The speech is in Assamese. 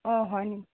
অঁ হয়নি